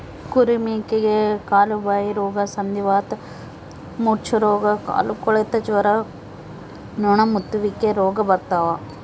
ಕುರಿ ಮೇಕೆಗೆ ಕಾಲುಬಾಯಿರೋಗ ಸಂಧಿವಾತ ಮೂರ್ಛೆರೋಗ ಕಾಲುಕೊಳೆತ ಜ್ವರ ನೊಣಮುತ್ತುವಿಕೆ ರೋಗ ಬರ್ತಾವ